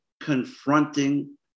confronting